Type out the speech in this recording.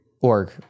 Org